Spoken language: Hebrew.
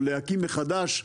או להקים מחדש,